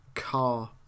car